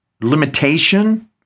limitation